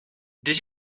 did